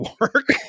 work